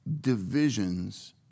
divisions